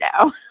no